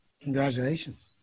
congratulations